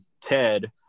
ted